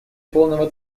полного